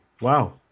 Wow